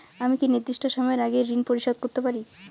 আমি কি নির্দিষ্ট সময়ের আগেই ঋন পরিশোধ করতে পারি?